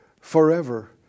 forever